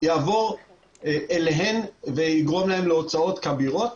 יעבור אליהן ויגרום להן להוצאות כבירות,